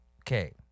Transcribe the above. okay